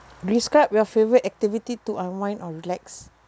describe your favourite activity to unwind or relax